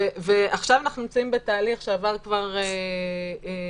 ועכשיו אנחנו נמצאים בתהליך שכבר עבר